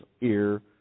ear